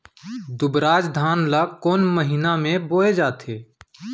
दुबराज धान ला कोन महीना में बोये जाथे?